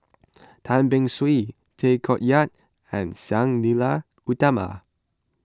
Tan Beng Swee Tay Koh Yat and Sang Nila Utama